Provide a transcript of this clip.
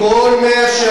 על כל מאה-שערים.